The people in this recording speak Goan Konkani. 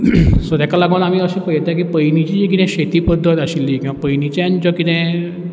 सो तेका लागोन आमी अशें पळयता की पयलींची जी कितें शेती पद्दत आशिल्ली किंवां पयलींच्यान जो कितें